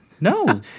no